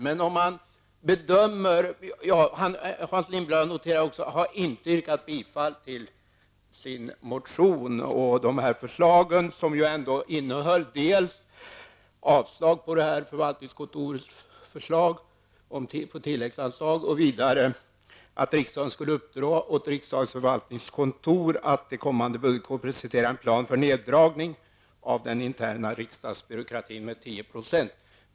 Jag noterar att Hans Lindblad inte yrkade bifall till sin motion, som ju ändå innehöll dels yrkande om avslag på förvaltningskontorets förslag om tilläggsanslag, dels förslag om att riksdagen skulle uppdra åt riksdagens förvaltningskontor att till kommande budgetår presentera en plan för neddragning av den interna riksdagsbyråkratin med 10 %.